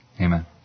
Amen